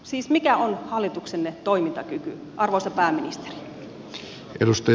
siis mikä on hallituksenne toimintakyky arvoisa pääministeri